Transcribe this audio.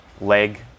leg